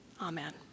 Amen